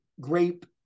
grape